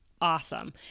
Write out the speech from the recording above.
awesome